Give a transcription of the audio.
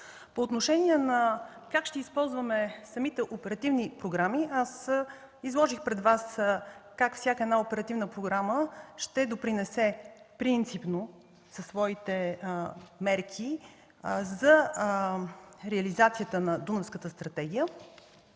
По отношение на това как ще използваме самите оперативни програми, изложих пред Вас как всяка оперативна програма ще допринесе принципно със своите мерки за реализацията на Дунавската стратегия.